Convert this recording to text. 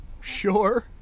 Sure